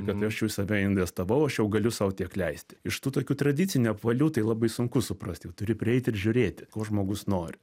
kad aš jau į save investavau aš jau galiu sau tiek leisti iš tų tokių tradicinių apvalių tai labai sunku suprasti jau turi prieiti ir žiūrėti ko žmogus nori